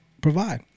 provide